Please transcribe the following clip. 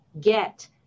get